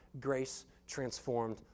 grace-transformed